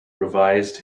revised